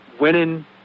winning